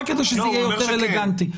רק כדי שזה יהיה יותר אלגנטי.